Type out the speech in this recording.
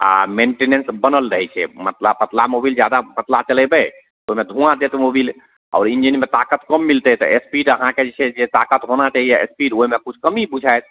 आओर मेंटेनेंस बनल रहय छै मतलब पतला मोबिल जादा पतला चलेबय ओइमे धुआँ देत मोबिल आओर इंजनमे ताकत कम मिलतय तऽ स्पीड अहाँके जे छै जे ताकत होना चाही आओर स्पीड ओइमे किछु कमी बुझायत